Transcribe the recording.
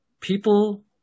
people